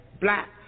black